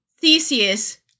Theseus